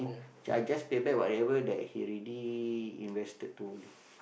so I just pay back whatever that he already invested to this